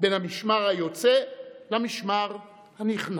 בין המשמר היוצא למשמר הנכנס.